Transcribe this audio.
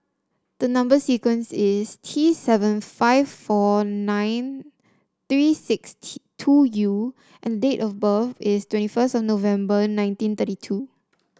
the number sequence is T seven five four nine three six T two U and date of birth is twenty first of November nineteen thirty two